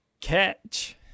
Catch